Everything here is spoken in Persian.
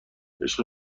عشق